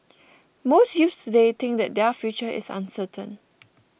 most youths today think that their future is uncertain